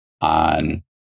on